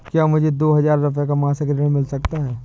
क्या मुझे दो हजार रूपए का मासिक ऋण मिल सकता है?